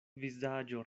vizaĝo